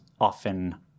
often